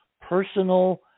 personal